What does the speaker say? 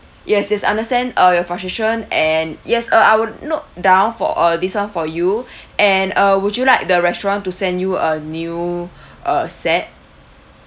yes yes I understand uh your frustration and yes uh I would note down for uh this one for you and uh would you like the restaurant to send you a new uh set